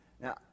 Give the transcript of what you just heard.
Now